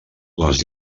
les